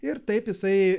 ir taip jisai